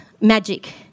MAGIC